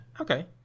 Okay